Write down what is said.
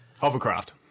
Hovercraft